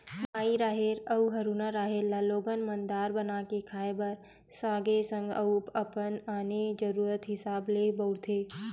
माई राहेर अउ हरूना राहेर ल लोगन मन दार बना के खाय बर सगे संग अउ अपन आने जरुरत हिसाब ले बउरथे